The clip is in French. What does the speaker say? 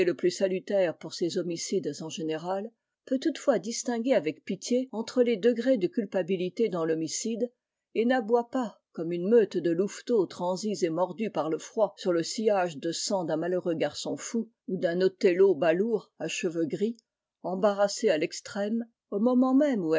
le plus salutaire pour ses homicides en général peut toutefois distinguer avec pitié entre les degrés de culpabilité dans l'homicide et n'aboie pas comme une meute de louveteaux transis et mordus par le froid sur le sillage de sang d'un malheureux garçon fou ou d'un othello balourd à cheveux gris embarrassé à l'extrême au moment même